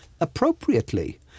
appropriately